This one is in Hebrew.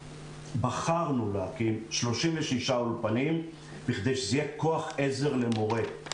בחרנו להקים 36 אולפנים כדי שזה יהיה כוח עזר למורה,